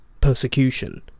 persecution